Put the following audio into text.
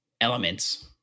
elements